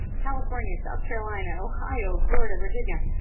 california, south carolina, ohio, florida, virginia,